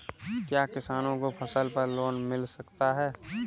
क्या किसानों को फसल पर लोन मिल सकता है?